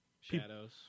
shadows